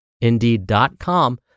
Indeed.com